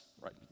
right